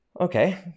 Okay